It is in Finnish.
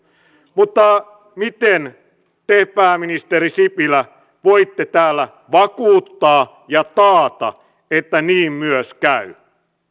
mutta miten te pääministeri sipilä voitte täällä vakuuttaa ja taata että niin myös käy